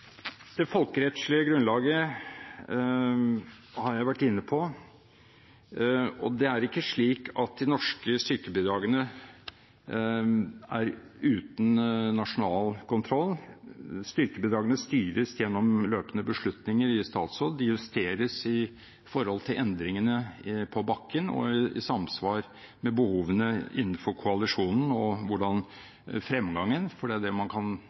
Det folkerettslige grunnlaget har jeg vært inne på, og det er ikke slik at de norske styrkebidragene er uten nasjonal kontroll. Styrkebidragene styres gjennom løpende beslutninger i statsråd. De justeres i forhold til endringene på bakken og i samsvar med behovene innenfor koalisjonen og hvordan fremgangen – for det er det man kan